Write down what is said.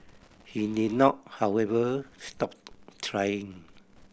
he did not however stop trying